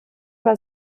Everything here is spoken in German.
war